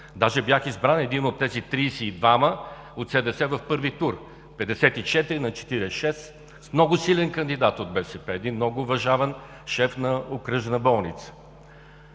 Даже бях един от тези 32-ма от СДС избран на първи тур – 54 на 46 с много силен кандидат от БСП, един много уважаван шеф на Окръжна болница.